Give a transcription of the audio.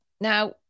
Now